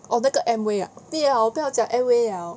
oh 那个 Amway ah 不要不要讲 Amway liao